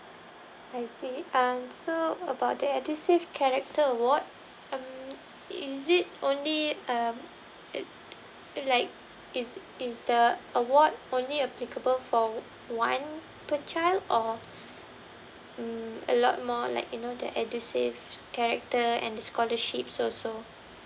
I see okay uh so about that edusave character award um is it only um it like is is the award only applicable for one per child or mm a lot more like you know that edusave character and scholarships also